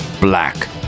Black